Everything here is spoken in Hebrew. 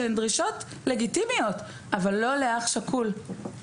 הן דרישות לגיטימיות אבל לא לאח שכול.